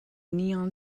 neon